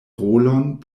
rolon